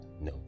No